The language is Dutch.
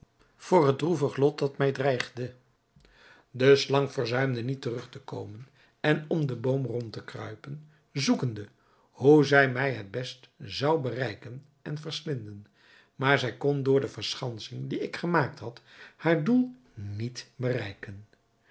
voor het droevige lot dat mij dreigde de slang verzuimde niet terug te komen en om den boom rond te kruipen zoekende hoe zij mij het best zou bereiken en verslinden maar zij kon door de verschansing die ik gemaakt had haar doel niet bereiken